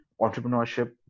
entrepreneurship